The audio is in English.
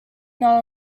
not